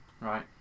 right